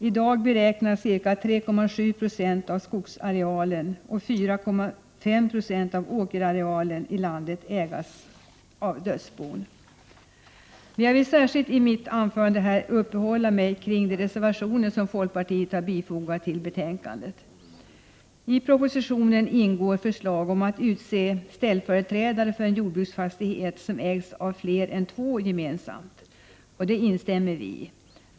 I dag beräknas ca 3,7 Jo av skogsarealen och 4,5 2 av åkerarealen i landet ägas av dödsbon. Jag vill i mitt anförande särskilt uppehålla mig kring de reservationer som folkpartiet har fogat till betänkandet. I propositionen ingår förslag om att utse ställföreträdare för en jordbruksfastighet som ägs av fler än två gemensamt. Det instämmer vi i.